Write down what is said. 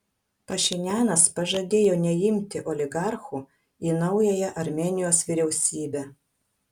pašinianas pažadėjo neimti oligarchų į naująją armėnijos vyriausybę